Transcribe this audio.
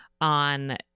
on